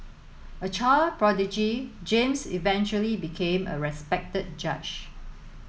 a child prodigy James eventually became a respected judge